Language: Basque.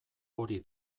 hori